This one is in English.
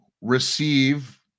receive